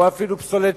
או אפילו פסולת,